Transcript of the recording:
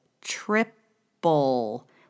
triple